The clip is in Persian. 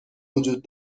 وجود